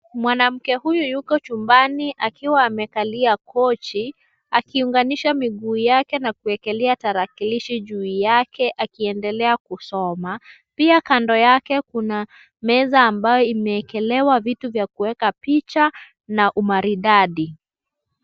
Mwanamke huyu yuko chumbani akiwa amekalia kochi, akiunganisha miguu yake na kuwekelea tarakilishi juu yake akiendelea kusoma. Pia kando yake kuna meza ambayo imewekelewa vitu vya kuweka picha, na umaridadi.